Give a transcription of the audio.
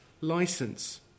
license